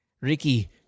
Ricky